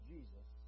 Jesus